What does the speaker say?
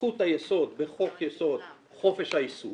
זכות היסוד בחוק יסוד חופש העיסוק